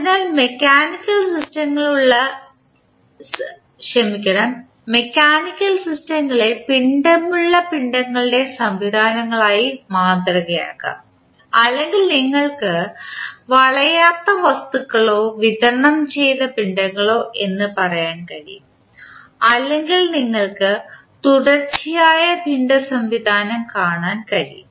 അതിനാൽ മെക്കാനിക്കൽ സിസ്റ്റങ്ങളെ പിണ്ഡമുള്ള പിണ്ഡങ്ങളുടെ സംവിധാനങ്ങളായി മാതൃകയാക്കാം അല്ലെങ്കിൽ നിങ്ങൾക്ക് വളയാത്ത വസ്തുക്കളോ വിതരണം ചെയ്ത പിണ്ഡങ്ങളോ എന്ന് പറയാൻ കഴിയും അല്ലെങ്കിൽ നിങ്ങൾക്ക് തുടർച്ചയായ പിണ്ഡ സംവിധാനം കാണാൻ കഴിയും